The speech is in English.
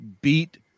beat